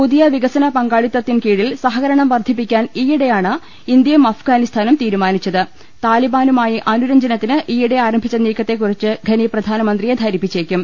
പുതിയ വികസന പങ്കാളിത്തത്തിൻ കീഴിൽ സഹകരണം വർദ്ധിപ്പിക്കാൻ ഈയിടെയാണ് ഇന്ത്യയും അഫ് ഗാ നി സ്ഥാനും തീരു മാ നി ച്ച ത് താലിബാനുമായി അനുരഞ്ജനത്തിന് ഇൌയിടെ ആരംഭിച്ച നീക്കത്തെക്കുറിച്ച് ഖനി പ്രധാനമന്ത്രിയെ ധരി പ്പിച്ചേക്കും